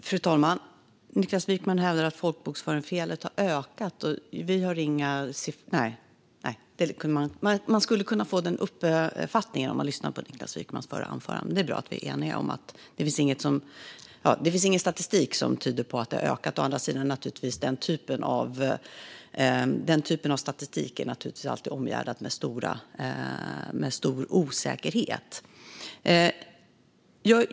Fru talman! Niklas Wykman hävdar att folkbokföringsfelen har ökat. Nu ser jag att han skakar på huvudet, så det gör han tydligen inte. Man skulle annars kunna få den uppfattningen när man lyssnade på hans anförande, men det är bra att vi är eniga om att det inte finns någon statistik som tyder på att de har ökat. Å andra sidan är den typen av statistik naturligtvis alltid omgärdad av stor osäkerhet.